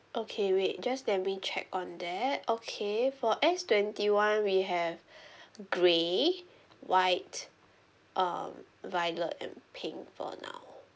okay wait just let me check on that okay for S twenty one we have grey white um violet and pink for now